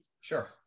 Sure